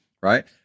right